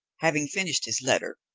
having finished his letter,